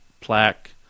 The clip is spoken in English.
Plaque